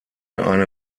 eine